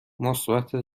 مثبت